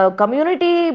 community